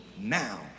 now